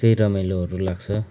त्यही रमाइलोहरू लाग्छ